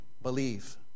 believe